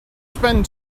spend